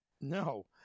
No